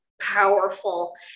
powerful